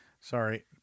Sorry